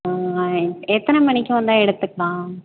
எத்தனை மணிக்கு வந்தால் எடுத்துக்கலாம்